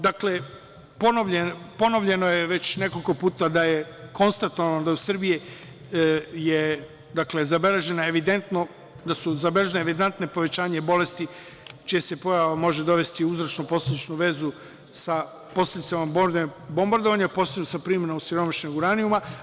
Dakle, ponovljeno je već nekoliko puta da je konstatovano da su u Srbiji zabeležene evidentna povećanja bolesti čija se pojava može dovesti u uzročno-posledičnu vezu sa posledicama bombardovanja, posledicama primenom osiromašenog uranijuma.